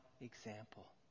example